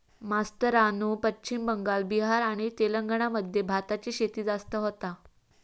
मास्तरानू पश्चिम बंगाल, बिहार आणि तेलंगणा मध्ये भाताची शेती जास्त होता